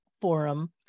forum